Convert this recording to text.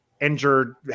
injured